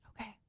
Okay